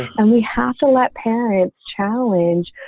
and we have to let parents challenge.